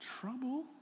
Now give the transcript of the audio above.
trouble